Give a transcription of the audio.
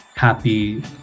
happy